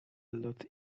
lot